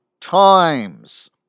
times